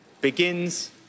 begins